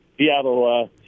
Seattle